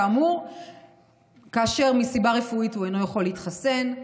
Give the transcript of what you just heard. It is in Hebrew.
כאמור כאשר מסיבה רפואית הוא אינו יכול להתחסן,